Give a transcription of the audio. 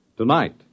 Tonight